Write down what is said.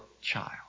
child